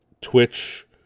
Twitch